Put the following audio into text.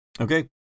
Okay